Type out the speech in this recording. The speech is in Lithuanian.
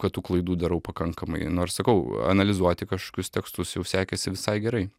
kad tų klaidų darau pakankamai nors sakau analizuoti kažkokius tekstus jau sekėsi visai gerai